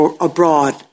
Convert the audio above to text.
abroad